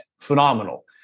Phenomenal